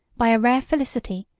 by a rare felicity,